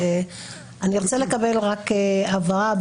אני רוצה לקבל הבהרה.